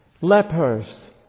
Lepers